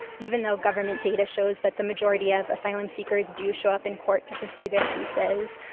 even though government data shows that the majority of asylum-seekers do show up in court to pursue their cases.